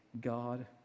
God